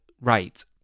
right